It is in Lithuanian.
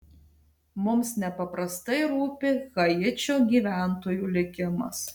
mums nepaprastai rūpi haičio gyventojų likimas